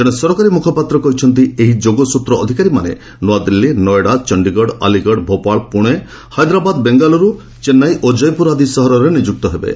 ଜଣେ ସରକାରୀ ମୁଖପାତ୍ର କହିଛନ୍ତି ଏହି ଯୋଗସ୍କୃତ୍ର ଅଧିକାରୀମାନେ ନୁଆଦିଲ୍ଲୀ ନୋଏଡ଼ା ଚଣ୍ଡିଗଡ଼ ଆଳିଗଡ଼ ଭୋପାଳ ପୁଶେ ହାଇଦ୍ରାବାଦ ବେଙ୍ଗାଲୁରୁ ଚେନ୍ନାଇ ଓ କୟପୁର ଆଦି ସହରରେ ନିଯୁକ୍ତ ହେବେ